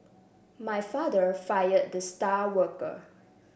my father fired the star worker